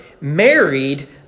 married